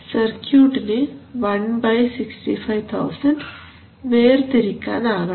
സർക്യൂട്ടിന് 165000 വേർതിരിക്കാൻ ആകണം